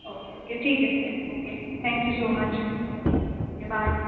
okay okay ٹھیک ہے پھر okay thank you so much okay bye